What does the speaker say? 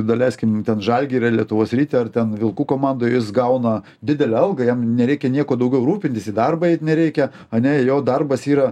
daleiskim ten žalgirį ar lietuvos ryte ar ten vilkų komandoj jis gauna didelę algą jam nereikia niekuo daugiau rūpintis į darbą eit nereikia ane jo darbas yra